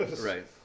Right